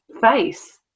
face